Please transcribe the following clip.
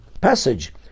passage